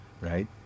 Right